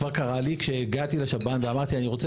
כבר קרה לי שהגעתי לשב"ן ואמרתי אני רוצה